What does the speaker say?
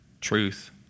truth